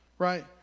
right